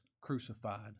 crucified